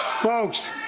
Folks